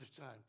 time